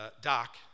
Doc